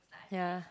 ya